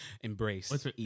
embrace